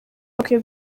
bakwiye